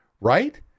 right